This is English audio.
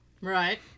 Right